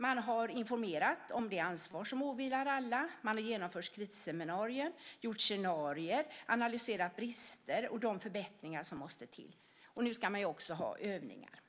Man har informerat om det ansvar som åvilar alla. Man har genomfört krisseminarier, gjort scenarier, analyserat brister och visat på de förbättringar som måste till. Man ska också ha övningar.